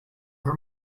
her